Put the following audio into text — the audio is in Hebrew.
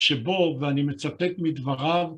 שבו ואני מצטט מדבריו